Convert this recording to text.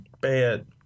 Bad